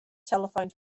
telephoned